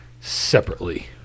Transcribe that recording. separately